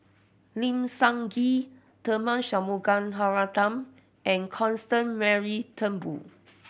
Lim Sun Gee Tharman Shanmugaratnam and Constance Mary Turnbull